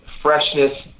freshness